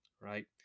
right